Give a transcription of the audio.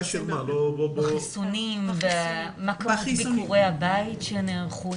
האם אפשר לקבל נתונים על החיסונים ועל ביקורי הבית שנערכו?